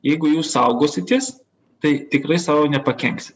jeigu jūs saugositės tai tikrai sau nepakenksit